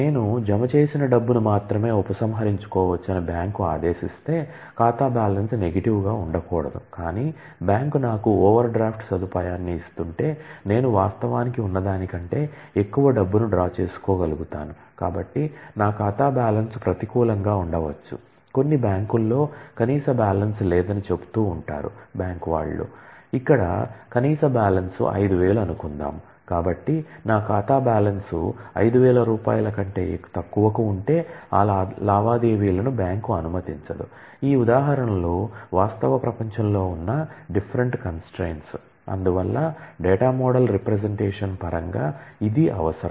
నేను జమ చేసిన డబ్బును మాత్రమే ఉపసంహరించుకోవచ్చని బ్యాంక్ ఆదేశిస్తే ఖాతా బ్యాలెన్స్ నెగటివ్ పరంగా ఇది అవసరం